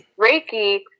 Reiki